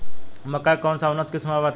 मक्का के कौन सा उन्नत किस्म बा बताई?